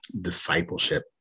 discipleship